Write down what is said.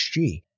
HG